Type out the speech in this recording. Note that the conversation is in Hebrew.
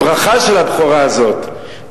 הברכה של הבכורה הזאת,